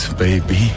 baby